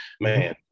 Man